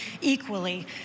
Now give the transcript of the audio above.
equally